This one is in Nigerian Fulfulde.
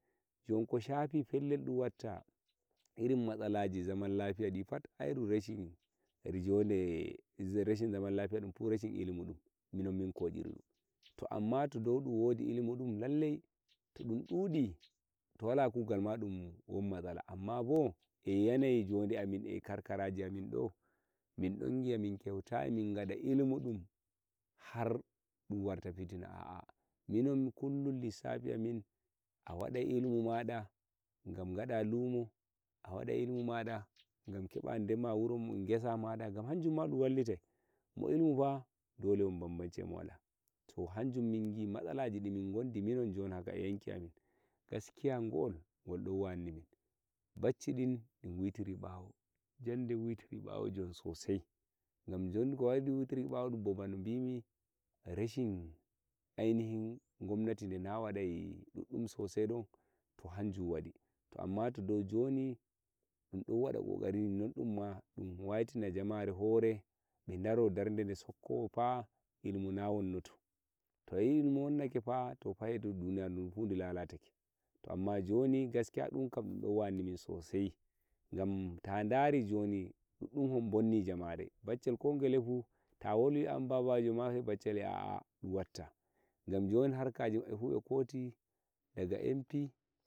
jon ko shafi pelel dum hebta irin matsala ji ɗi zaman lafiya ɗifat kadi reshi joɗe zaman lafiya ɗipat reshi ilimi min koshiri ɗum to amma to dai ɗum wodi ilimi ɗum lallai to ɗum ɗuɗi to wala kugal ma ɗum won matsala amma bo yanayi jode amin eh karkaraji amin ɗo min ɗon giya min keutayi min gada ilimi ɗum har ɗum warta fitina ah ah minom kullum lissafi amin a waɗai ilimi maɗa a waɗai ilimi maɗa gam gaɗa lumo gam keɓa dema kesa maɗa gam hanjum ma ɗum wallitai mo ilimi pha dole dole won banbanci eh mo walah irin matsalaji dimin gondi jon haka eh yanki amin gaskiya gol gol ɗon wanni min bacci ɗin digutiri ɓawo jande den de witiri bawo bano gimi rashi ainihin gomnati nawaɗai goddum to hanjum wadi to joni ɗum ɗon waɗa kokari wayitin ki jamare hore ɓe daro darde de shokkowo pha ilimi na wonno to to ilimi wonna ke pha duniyarun ɗun pha ɗu lalata ke to joni ɗun don wanni min sosai gam ta dari joni bonne jamare baccel ko gele fuu ta wolwi an baba magel sai baccel yi a ɗun wattajon harkaji mabbe fu ɓekoti daga empi